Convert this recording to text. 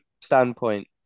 standpoint